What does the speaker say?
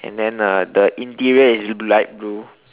and then uh the interior is light blue